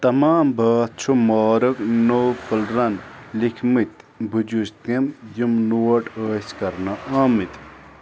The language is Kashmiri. تمام بٲتھ چھُ مارٕگ نوفٕلرَن لیٚکھۍمٕتۍ بہٕ جُز تِم یِم نوٹ ٲسۍ کَرنہٕ آمٕتۍ